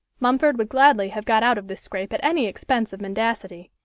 mumford would gladly have got out of this scrape at any expense of mendacity,